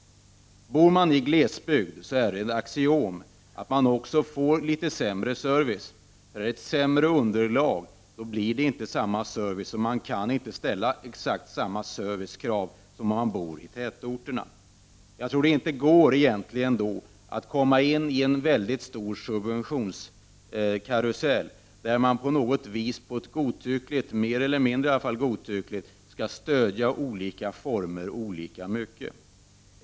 Bor man i glesbygd är det ett axiom att man också får litet sämre service eller ett sämre underlag. Man får inte samma service, och man kan inte ställa exakt samma krav på service som om man bor i en tätort. Jag tror egentligen att det då inte går att sätta igång en mycket stor subventionskarusell, som innebär ett mer eller mindre godtyckligt stöd i olika former och olika mycket.